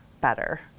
better